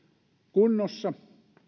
kunnossa